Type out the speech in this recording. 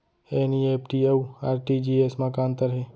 NEFT अऊ RTGS मा का अंतर हे?